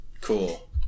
Cool